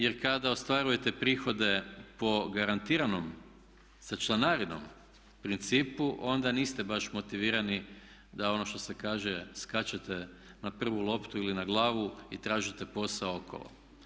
Jer kada ostvarujete prihode po garantiranom sa članarinom principu onda niste baš motivirani da ono što se kaže skačete na prvu loptu ili na glavu i tražite posao okolo.